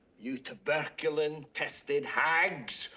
you tuberculin-tested hags,